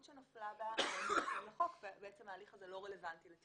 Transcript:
שנפלה בה ובעצם ההליך הזה לא רלוונטי.